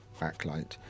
backlight